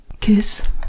kiss